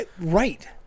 Right